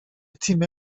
تیم